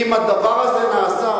כי אם הדבר הזה נעשה,